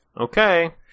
okay